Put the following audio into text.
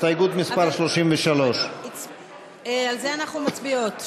הסתייגות מס' 33. על זה אנחנו מצביעות,